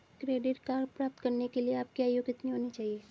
Credit card प्राप्त करने के लिए आपकी आयु कितनी होनी चाहिए?